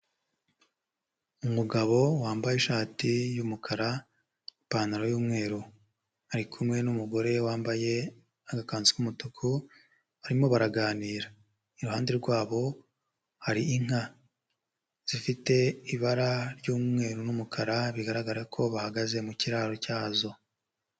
Umugabo wambaye ishati y'umukara, ipantaro y'umweru. Ari kumwe n'umugore wambaye agakanzu k'umutuku barimo baraganira. Iruhande rwabo hari inka zifite ibara ry'umweru n'umukara, bigaragara ko bahagaze mu kiraro cyazo.